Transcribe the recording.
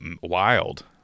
Wild